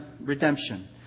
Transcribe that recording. redemption